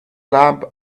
lamp